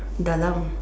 dalang